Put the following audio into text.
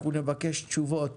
אנחנו נבקש תשובות